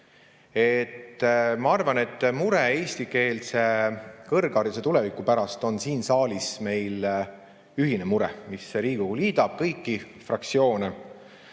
Ma arvan, et mure eestikeelse kõrghariduse tuleviku pärast on siin saalis meil ühine mure, mis Riigikogu liidab, kõiki fraktsioone.